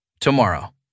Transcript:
tomorrow